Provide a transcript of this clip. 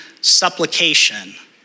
supplication